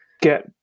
get